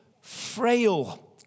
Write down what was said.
frail